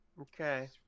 Okay